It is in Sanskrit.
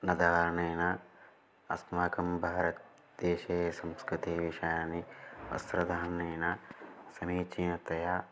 न धारणेन अस्माकं भारतदेशे संस्कृतिविषयाः वस्त्रधारणेन समीचीनतया